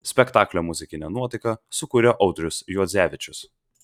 spektaklio muzikinę nuotaiką sukūrė audrius juodzevičius